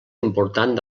important